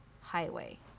highway